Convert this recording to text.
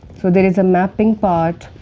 so, there is a mapping part,